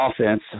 offense